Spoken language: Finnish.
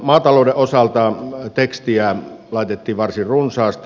maatalouden osalta tekstiä laitettiin varsin runsaasti